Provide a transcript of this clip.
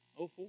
04